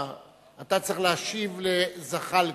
אתה צריך להשיב לזחאלקה.